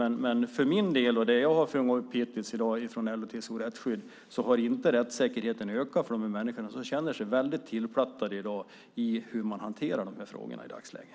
Men enligt de uppgifter som jag har i dag från LO-TCO Rättsskydd har rättssäkerheten inte ökat för de här människorna som i dag känner sig väldigt tillplattade beroende på hur de här frågorna hanteras i dagsläget.